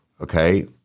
okay